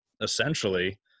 Essentially